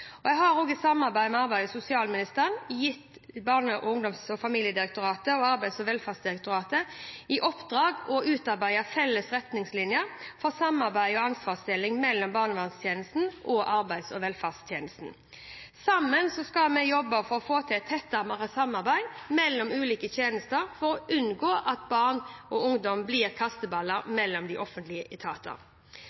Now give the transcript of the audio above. Nav. Jeg har i samarbeid med arbeids- og sosialministeren gitt Barne-, ungdoms- og familiedirektoratet og Arbeids- og velferdsdirektoratet i oppdrag å utarbeide felles retningslinjer for samarbeid og ansvarsdeling mellom barnevernstjenesten og arbeids- og velferdstjenesten. Sammen skal vi jobbe for å få til et tettere samarbeid mellom ulike tjenester for å unngå at barn og ungdom blir kasteballer mellom offentlige etater.